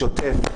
בשוטף,